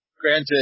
Granted